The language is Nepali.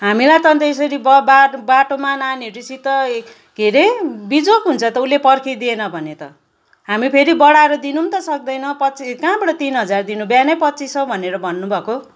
हामीलाई त अन्त यसरी ब बाटो बाटोमा नानीहरूसित के अरे बिजोग हुन्छ त उसले पर्खिदिएन भने त हामी फेरि बढाएर दिनु पनि त सक्दैन पच्चिस कहाँबाट तिन हजार दिनु बिहानै पच्चिस सौ भनेर भन्नु भएको